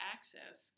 Access